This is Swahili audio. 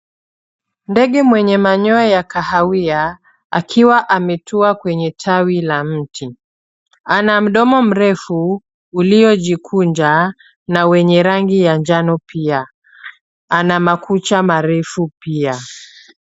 Ndege mwenye manyoya ya kahawia akiwa ametua kwenye tawi la mti, ana mdomo mrefu uliojikunja na wenye rangi ya njano pia, ana makucha marefu pia.